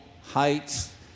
Heights